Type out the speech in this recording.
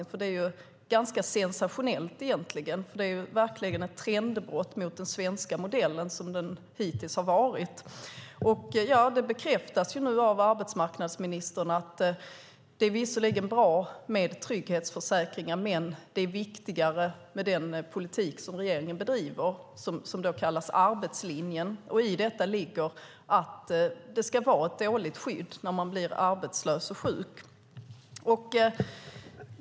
Detta är egentligen ganska sensationellt eftersom det verkligen är ett trendbrott mot den svenska modellen som den hittills har varit. Detta bekräftas nu av arbetsmarknadsministern. Hon säger att det visserligen är bra med trygghetsförsäkringar men att det är viktigare med den politik som regeringen bedriver och som kallas arbetslinjen. I detta ligger att det ska vara ett dåligt skydd när man blir arbetslös och sjuk.